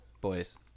boys